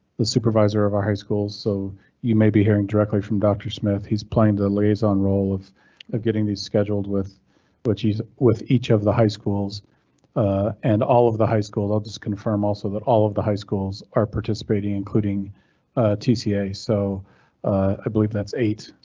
the supervisor of our high schools so you may be hearing directly from dr smith. he's playing delays on role of of getting these scheduled with which he's with each of the high schools and all of the high school. just confirm also that all of the high schools are participating, including tca so i believe that's eight.